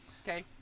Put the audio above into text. okay